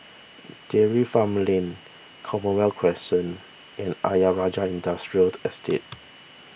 Dairy Farm Lane Commonwealth Crescent and Ayer Rajah Industrial Estate